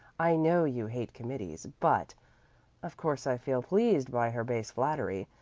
i know you hate committees, but of course i feel pleased by her base flattery,